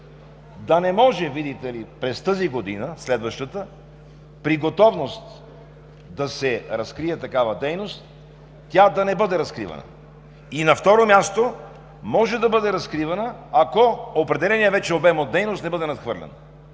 да не може, видите ли, през следващата година, при готовност да се разкрие такава дейност, тя да не бъде разкривана. На второ място, може да бъде разкривана, ако определеният вече обем от дейност не бъде надхвърлян.